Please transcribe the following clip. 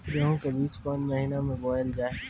गेहूँ के बीच कोन महीन मे बोएल जाए?